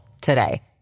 today